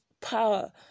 power